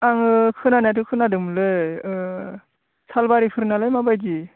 आङो खोनानायाथ' खोनांदोंमोनलै सालबारिफोरनालाय माबायदि